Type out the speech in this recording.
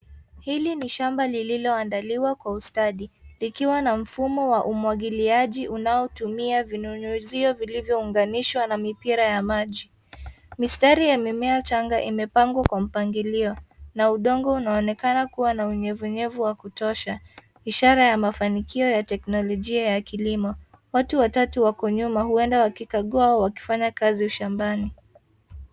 Hili ni shamba lililoandaliwa kwa ustadi, likiwa na mfumo wa umwagiliaji unaotumia vinyunyuzio vilivyounganishwa na mipira ya maji. Mistari ya mimea changa imepangwa kwa mpangilio na udongo unaonekana kuwa na unyevunyevu wa kutosha, ishara ya mafanikio ya teknolojia ya kilimo. Watu watatu wako nyuma, huenda wakikagua au wakifanya kazi ushambani.